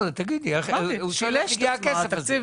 התקציב